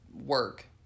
work